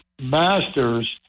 masters